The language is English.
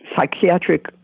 psychiatric